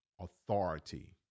authority